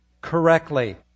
correctly